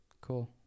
Cool